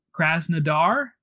Krasnodar